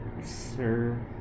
sir